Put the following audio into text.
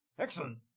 Excellent